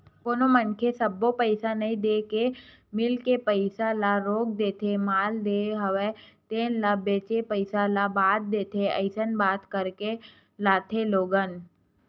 कोनो मनखे सब्बो पइसा नइ देय के मील के पइसा ल रोक देथे माल लेय हवे तेन ल बेंचे पइसा ल बाद देथे अइसन बात करके लाथे लोगन